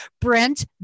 Brent